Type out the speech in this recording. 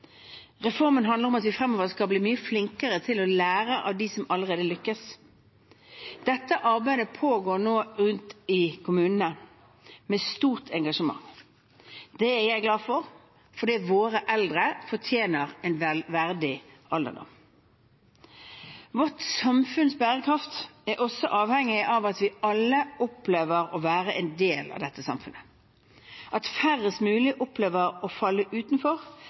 Reformen handler om at vi fremover skal bli mye flinkere til å lære av dem som allerede lykkes. Dette arbeidet pågår nå rundt om i kommunene – med stort engasjement. Det er jeg glad for, for våre eldre fortjener en verdig alderdom. Vårt samfunns bærekraft er også avhengig av at vi alle opplever å være en del av dette samfunnet – at færrest mulig opplever å falle utenfor